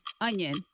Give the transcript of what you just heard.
Onion